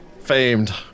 famed